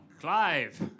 Clive